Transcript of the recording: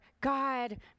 God